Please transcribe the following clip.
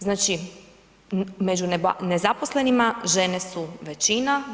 Znači među nezaposlenima žene su većina.